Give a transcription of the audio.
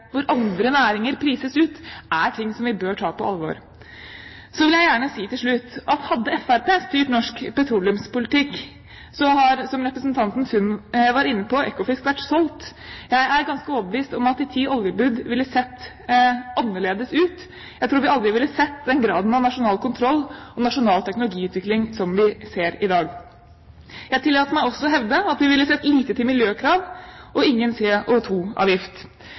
hvor andre næringer prises ut, er noe vi bør ta på alvor. Så vil jeg gjerne si til slutt at hadde Fremskrittspartiet styrt norsk petroleumspolitikk, ville – som representanten Sund var inne på – Ekofisk vært solgt. Jeg er ganske overbevist om at de ti oljebud ville ha sett annerledes ut, og jeg tror vi aldri ville ha sett den graden av nasjonal kontroll og nasjonal teknologiutvikling som vi ser i dag. Jeg tillater meg også å hevde at vi ville sett lite til miljøkrav og ingen CO2-avgift. Jeg har ingen problemer med å